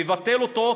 לבטל אותו,